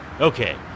Okay